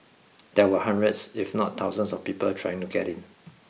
there were hundreds if not thousands of people trying to get in